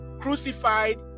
crucified